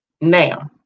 Now